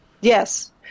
Yes